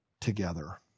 together